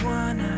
one